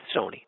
Sony